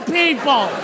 people